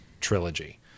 trilogy